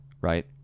right